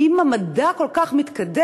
כי אם המדע כל כך מתקדם,